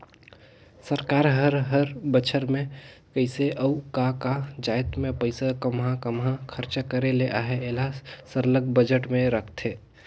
सरकार हर हर बछर में कइसे अउ का का जाएत में पइसा काम्हां काम्हां खरचा करे ले अहे एला सरलग बजट में रखथे